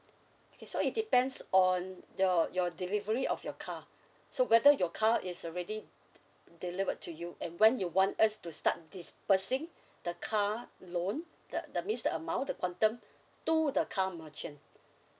okay so it depends on your your delivery of your car so whether your car is already d~ delivered to you and when you want us to start dispersing the car loan that that means the amount the quantum to the car merchant